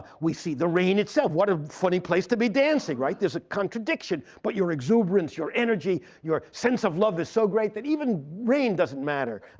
we see the rain itself. what a funny place to be dancing, there's a contradiction. but your exuberance, your energy, your sense of love is so great that even rain doesn't matter.